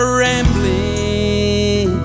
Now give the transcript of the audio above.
rambling